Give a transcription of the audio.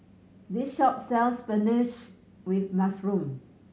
this shop sells spinach with mushroom